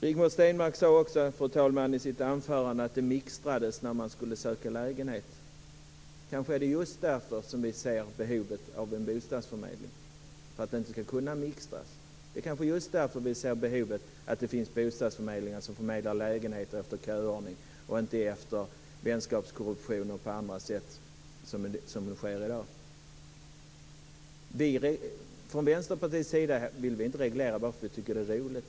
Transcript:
Rigmor Stenmark sade också i sitt anförande att det mixtras när man söker lägenhet. Ja, kanske är det just för att det inte ska kunna mixtras som vi ser behovet av en bostadsförmedling som förmedlar lägenheter efter köordning, inte utifrån vänskapskorruption eller på annat sätt som ju i dag är fallet. Vi i Vänsterpartiet vill inte reglera bara därför att vi tycker att det är roligt.